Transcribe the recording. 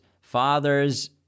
fathers